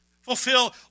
fulfill